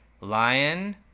lion